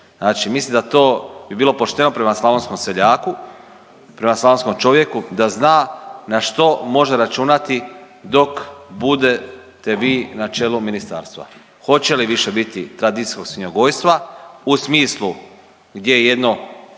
mislim da to bi bilo pošteno prema slavonskom seljaku, prema slavonskom čovjeku da zna na što može računati dok budete vi na čelu ministarstva. Hoće li više biti tradicijskog svinjogojstva u smislu gdje jedno